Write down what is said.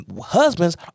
husbands